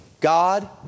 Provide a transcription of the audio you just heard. God